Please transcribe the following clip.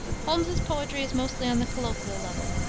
holmes's poetry is mostly on the colloquial level,